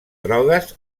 drogues